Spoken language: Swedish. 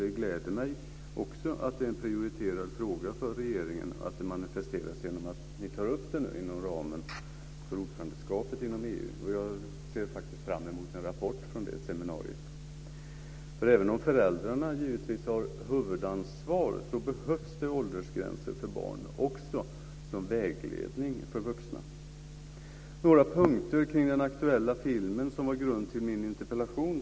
Det gläder mig också att det är en prioriterad fråga för regeringen och att det manifesteras genom att ni tar upp den nu inom ramen för ordförandeskapet inom EU. Jag ser faktiskt fram emot en rapport från det seminariet. Även om föräldrarna givetvis har ett huvudansvar så behövs det åldersgränser för barn, också som vägledning för vuxna. Några punkter kring den aktuella filmen, som var grunden till min interpellation.